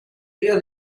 rio